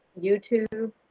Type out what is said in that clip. YouTube